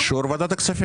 באישור ועדת הכספים.